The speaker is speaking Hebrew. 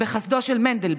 בחסדו של מנדלבליט,